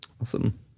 Awesome